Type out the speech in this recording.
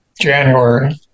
January